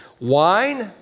wine